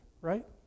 right